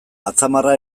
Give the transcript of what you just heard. atzamarra